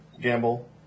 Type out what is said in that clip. gamble